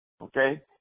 Okay